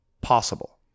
possible